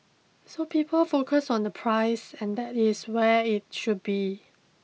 so people focus on the price and that is where it should be